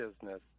business –